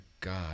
god